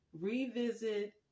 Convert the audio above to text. revisit